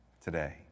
today